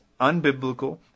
unbiblical